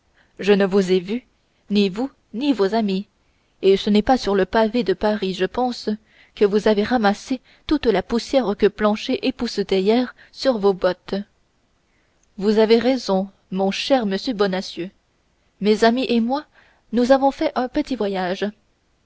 je ne vous ai vu ni vous ni vos amis et ce n'est pas sur le pavé de paris je pense que vous avez ramassé toute la poussière que planchet époussetait hier sur vos bottes vous avez raison mon cher monsieur bonacieux mes amis et moi nous avons fait un petit voyage